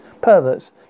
perverts